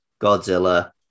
Godzilla